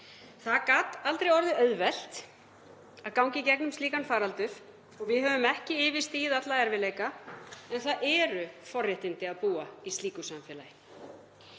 Það gat aldrei orðið auðvelt að ganga í gegnum slíkan faraldur, og við höfum ekki yfirstigið alla erfiðleika. En það eru forréttindi að búa í slíku samfélagi.